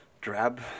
drab